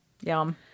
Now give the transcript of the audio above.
Yum